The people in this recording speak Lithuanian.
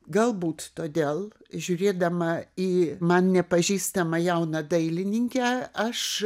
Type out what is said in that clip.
galbūt todėl žiūrėdama į man nepažįstamą jauną dailininkę aš